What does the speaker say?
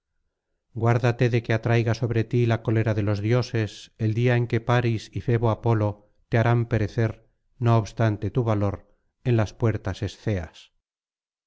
guárdate de que atraiga sobre ti la cólera de los dioses el día en que paris y febo apolo te harán perecer no obstante tu valor en las puertas esceas